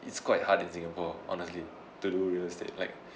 it's quite hard in singapore honestly to do real estate like